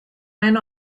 went